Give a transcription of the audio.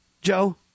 Joe